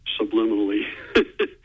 subliminally